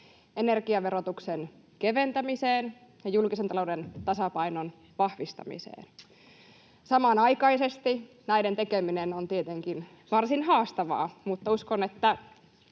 energiaverotuksen keventämiseen ja julkisen talouden tasapainon vahvistamiseen. Samanaikaisesti näiden tekeminen on tietenkin varsin haastavaa, mutta uskon, että